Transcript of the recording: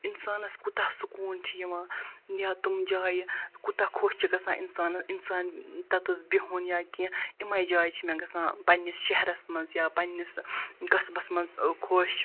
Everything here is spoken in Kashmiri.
اِنسانس کوٗتاہ سکوٗن چھِ یِوان یا تِم جایہِ کوٗتاہ خۄش چھِ گژھان اِنسانَس اِنسان تَتَس بِہُن یا کینٛہہ یِمَے جایہِ چھِ مےٚ گژھان پنٛنِس شہرس منٛز یا پنٛنِس قصبس منٛز خۄش